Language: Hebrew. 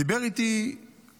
דיבר איתי חבר,